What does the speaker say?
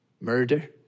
Murder